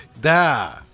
Da